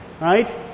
right